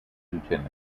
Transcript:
lieutenant